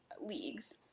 leagues